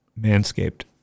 Manscaped